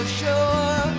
sure